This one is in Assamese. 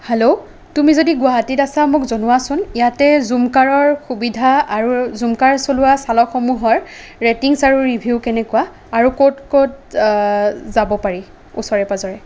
হেল্ল' তুমি যদি গুৱাহাটীত আছা মোক জনোৱাচোন ইয়াতে জুম কাৰৰ সুবিধা আৰু জুম কাৰ চলোৱা চালকসমূহৰ ৰেটিঙচ আৰু ৰিভিউ কেনেকুৱা আৰু ক'ত ক'ত যাব পাৰি ওচৰে পাজৰে